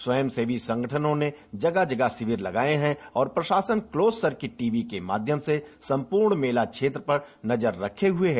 स्वयंसेवी संगठनों ने जगह जगह शिविर लगाये हैं और प्रशासन क्लोस सर्किट टी वी के माध्यम से सम्पूर्ण मेला क्षेत्र पर नजर रखे हुए है